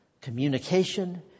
communication